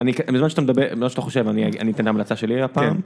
בזמן שאתה מדבר, לא שאתה חושב, אני אתן המלצה שלי הפעם.